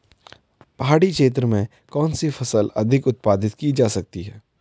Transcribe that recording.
पहाड़ी क्षेत्र में कौन सी फसल अधिक उत्पादित की जा सकती है?